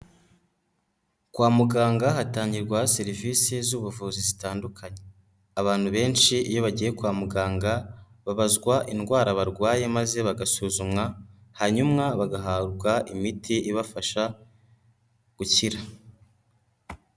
Kwa muganga hatangirwa serivisi z'ubuvuzi zitandukanye, abantu benshi iyo bagiye kwa muganga, babazwa indwara barwaye maze bagasuzumwa, hanyuma bagahabwa imiti ibafasha gukira.